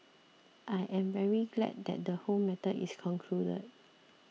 I am very glad that the whole matter is concluded